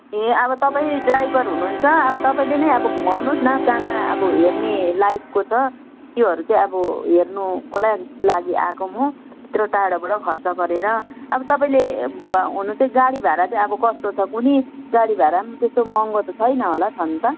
ए अब तपाईँ ड्राइभर हुनुहुन्छ अब तपाईँले नै अब घुमाउनहोस् न कहाँ कहाँ अब हेर्नेलाइकको छ त्योहरू चाहिँ अब हेर्नुको लाई लागि आएको म यत्रो टाढाबाट खर्च गरेर अब तपाईँले हुन चाहिँ गाडी भाडा चाहिँ अब कस्तो छ कुन्नि गाडी भाडा पनि त्यस्तो महँगो त छैन होला छन त